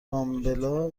رامبلا